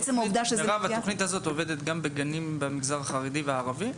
התוכנית הזו עובדת גם בגנים במגזרים החרדי והערבי?